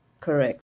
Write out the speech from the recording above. correct